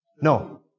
No